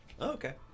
Okay